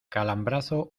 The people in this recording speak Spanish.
calambrazo